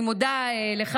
אני מודה לך,